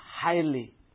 highly